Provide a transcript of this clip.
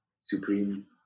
supreme